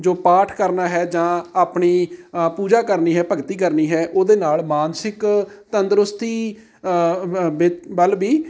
ਜੋ ਪਾਠ ਕਰਨਾ ਹੈ ਜਾਂ ਆਪਣੀ ਪੂਜਾ ਕਰਨੀ ਹੈ ਭਗਤੀ ਕਰਨੀ ਹੈ ਉਹਦੇ ਨਾਲ ਮਾਨਸਿਕ ਤੰਦਰੁਸਤੀ ਵੱਲ ਵੀ